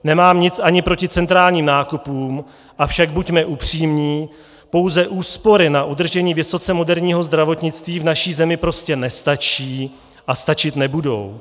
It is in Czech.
Nemám nic ani proti centrálním nákupům, avšak buďme upřímní, pouze úspory na udržení vysoce moderního zdravotnictví v naší zemi prostě nestačí a stačit nebudou.